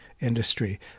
industry